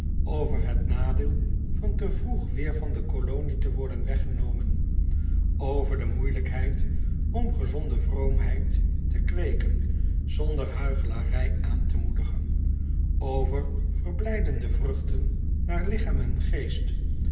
over het nadeel van te vroeg weêr van de colonie te worden weggenomen over de moeijelijkheid om gezonde vroomheid te kweeken zonder huichelarij aan te moedigen over verblijdende vruchten naar lichaam en geest